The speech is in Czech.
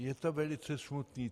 Je to velice smutné.